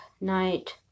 night